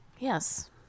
Yes